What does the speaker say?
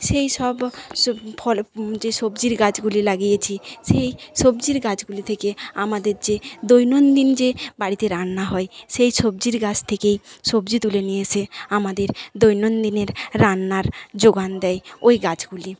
সেইসব ফল যে সবজির গাছগুলি লাগিয়েছি সেই সবজির গাছগুলি থেকে আমাদের যে দৈনন্দিন যে বাড়িতে রান্না হয় সেই সবজির গাছ থেকেই সবজি তুলে নিয়ে এসে আমাদের দৈনন্দিনের রান্নার যোগান দেয় ওই গাছগুলি